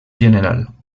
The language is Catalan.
general